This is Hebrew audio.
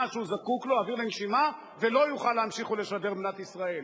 שהוא זקוק לו ולא יוכל להמשיך לשדר במדינת ישראל.